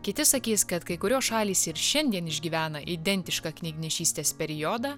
kiti sakys kad kai kurios šalys ir šiandien išgyvena identišką knygnešystės periodą